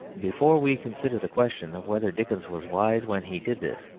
before we consider the question of whether dickens was wise when he did this,